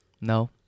No